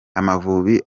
amavubi